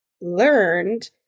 learned